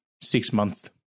six-month